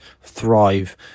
thrive